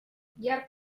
llarg